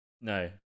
No